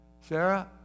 Sarah